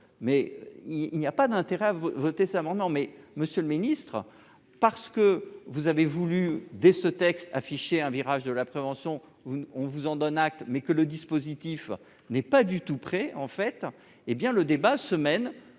mais il n'y a pas d'intérêt à voter ça, non mais Monsieur le Ministre, parce que vous avez voulu dès ce texte affiché un virage de la prévention, vous, on vous en donne acte, mais que le dispositif n'est pas du tout prêts en fait, hé bien le débat semaine